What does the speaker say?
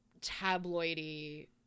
tabloidy